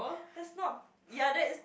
that's not ya that is